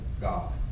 God